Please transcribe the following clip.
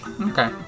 Okay